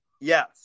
Yes